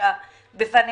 שהוגשה בפנינו,